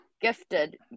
gifted